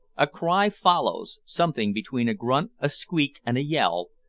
a cry follows, something between a grunt, a squeak, and a yell,